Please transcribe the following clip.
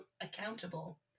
accountable